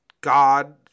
God –